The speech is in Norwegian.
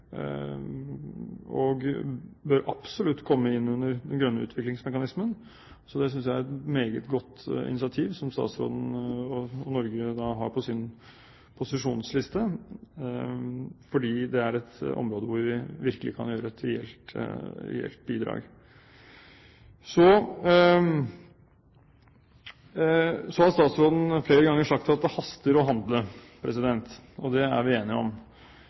og bør absolutt komme inn under den grønne utviklingsmekanismen. Så det synes jeg er et meget godt initiativ, som statsråden og Norge da har på sin posisjonsliste, fordi det er et område hvor vi virkelig kan gi et reelt bidrag. Så har statsråden flere ganger sagt at det haster med å handle. Det er vi enige om.